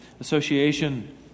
Association